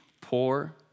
poor